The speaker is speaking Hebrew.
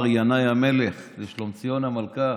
איך כבר אמר ינאי המלך לשלומציון המלכה?